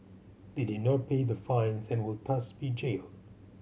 they did not pay the fines and will thus be jailed